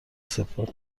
سپرد